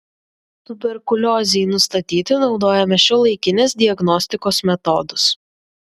tuberkuliozei nustatyti naudojame šiuolaikinės diagnostikos metodus